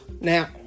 Now